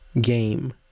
game